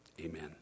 Amen